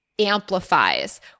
amplifies